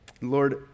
Lord